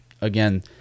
again